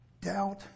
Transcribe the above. doubt